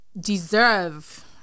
deserve